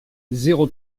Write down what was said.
zéro